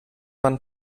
man